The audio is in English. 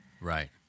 Right